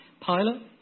Pilot